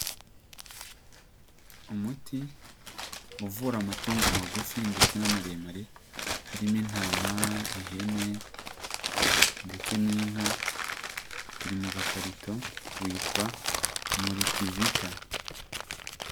Umuti uvura amatongo magufi ndetse n'amaremare, harimo intama, ihene ndetse n'inka, uri mu gakarito witwa muritivita.